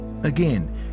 Again